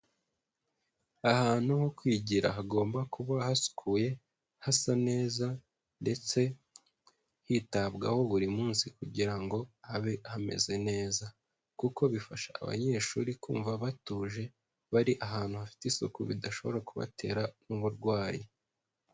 Ahantu ho kwigira hagomba kuba hasukuye, hasa neza ndetse hitabwaho buri munsi, kugira ngo habe hameze neza kuko bifasha abanyeshuri kumva batuje, bari ahantu hafite isuku, bidashobora kubatera n'uburwayi.